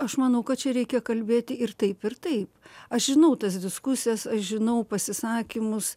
aš manau kad čia reikia kalbėti ir taip ir taip aš žinau tas diskusijas aš žinau pasisakymus